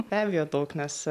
be abejo daug nes